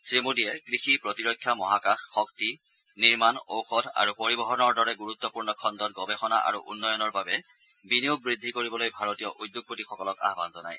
শ্ৰীমোদীয়ে কৃষি প্ৰতিৰক্ষা মহাকাশ শক্তি নিৰ্মাণ ঔষধ আৰু পৰিবহণৰ দৰে গুৰুত্পূৰ্ণ খণ্ডত গৱেষণা আৰু উন্নয়নৰ বাবে বিনিয়োগ বৃদ্ধি কৰিবলৈ ভাৰতীয় উদ্যোগপতিসকলক আহান জনায়